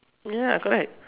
ya correct